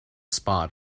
spot